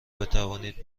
بتوانید